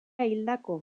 hildako